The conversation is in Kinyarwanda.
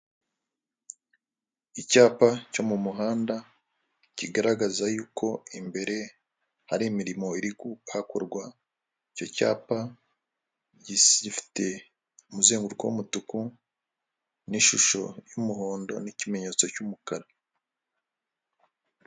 Icyapa cyo mu muhanda, kigaragaza y'uko imbere hari imirimo iri kuhakorwa, icyo cyapa gisifite umuzenguruko w'umutuku, n'ishusho y'umuhondo, n'ikimenyetso cy'umukara.